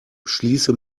schließe